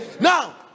now